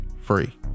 free